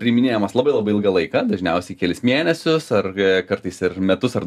priiminėjamas labai labai ilgą laiką dažniausiai kelis mėnesius ar kartais ir metus ar